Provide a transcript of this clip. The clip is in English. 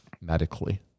medically